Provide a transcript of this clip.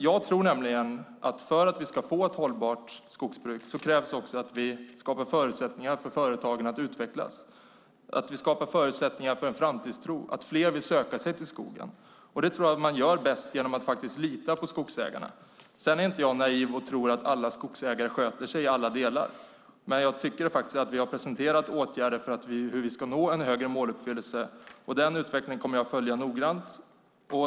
Jag tror nämligen att för att vi ska få ett hållbart skogsbruk krävs det att vi skapar förutsättningar för företagen att utvecklas, att vi skapar förutsättningar för en framtidstro så att fler vill söka sig till skogen. Det tror jag att man gör bäst genom att lita på skogsägarna. Sedan är jag inte naiv och tror att alla skogsägare sköter sig i alla delar. Men vi har presenterat åtgärder för hur vi ska nå en högre måluppfyllelse, och den utvecklingen kommer jag att följa noggrant.